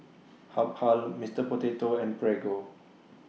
Habhal Mister Potato and Prego